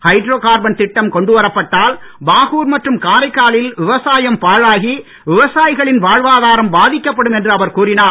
hydro carbon திட்டம் கொண்டுவரப்பட்டால் பாகூர் மற்றும் காரைக்காலில் விவசாயம் பாழாகி விவசாயிகளின் வாழ்வாதாரம் பாதிக்கப்படும் என்று அவர் கூறினார்